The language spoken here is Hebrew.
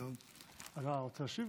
אתה רוצה להשיב?